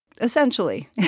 Essentially